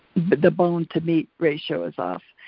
the bone to meat ratio is off.